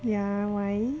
yeah why